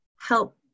help